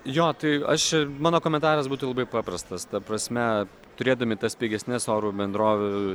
jo tai aš mano komentaras būtų labai paprastas ta prasme turėdami tas pigesnes oro bendrovių